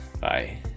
bye